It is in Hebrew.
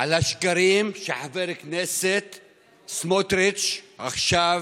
על השקרים שחבר הכנסת סמוטריץ' עכשיו